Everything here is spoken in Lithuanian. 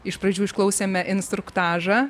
iš pradžių išklausėme instruktažą